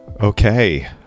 Okay